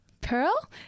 Pearl